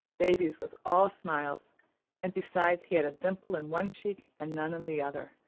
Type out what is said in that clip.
davy's was all smiles and besides, he had a dimple in one cheek and none in the other,